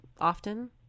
often